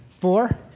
Four